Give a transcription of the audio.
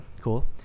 cool